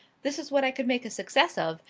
this is what i could make a success of,